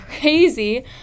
crazy